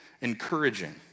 encouraging